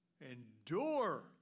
endure